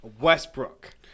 Westbrook